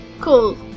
Cool